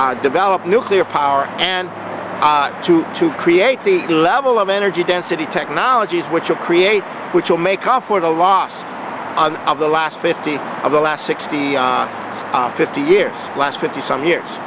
and develop nuclear power and to to create the level of energy density technologies which will create which will make up for the loss of the last fifty of the last sixty fifty years last fifty some years